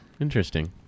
interesting